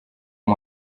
uyu